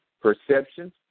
perceptions